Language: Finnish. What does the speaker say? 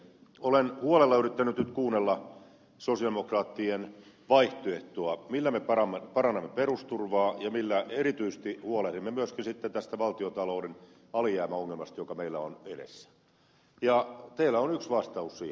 olen huolella yrittänyt nyt kuunnella sosialidemokraattien vaihtoehtoa millä me parannamme perusturvaa ja millä erityisesti huolehdimme myös sitten tästä valtiontalouden alijäämäongelmasta joka meillä on edessä ja teillä on yksi vastaus siihen pääomaveron korotus